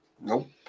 nope